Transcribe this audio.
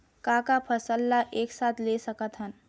का का फसल ला एक साथ ले सकत हन?